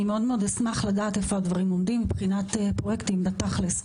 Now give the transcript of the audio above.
אני מאוד מאוד אשמח לדעת איפה הדברים עומדים מבחינת פרויקטים בתכלס.